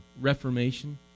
Reformation